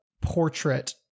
portrait